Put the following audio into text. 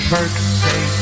Birthday